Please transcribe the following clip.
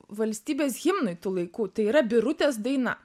valstybės himnui tų laikų tai yra birutės daina